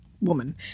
woman